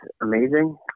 amazing